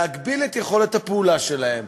להגביל את יכולת הפעולה שלהם,